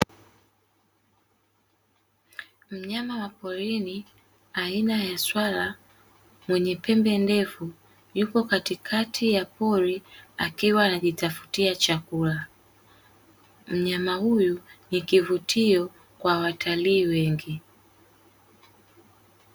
Mnyama wa porini aina ya swala mwenye pembe ndefu yuko katikati ya pori akiwa anajitafutia chakula. Mnyama huyu ni kivutio kwa watalii wengi.